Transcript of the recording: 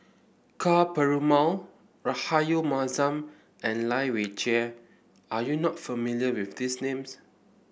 Ka Perumal Rahayu Mahzam and Lai Weijie are you not familiar with these names